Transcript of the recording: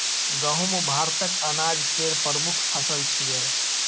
गहूम भारतक अनाज केर प्रमुख फसल छियै